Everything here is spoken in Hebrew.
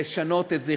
לשנות את זה,